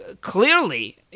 clearly